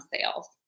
sales